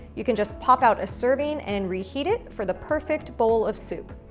you can just pop out a serving and reheat it for the perfect bowl of soup.